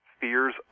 fears